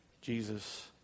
Jesus